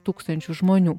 tūkstančių žmonių